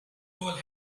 hole